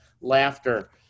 Laughter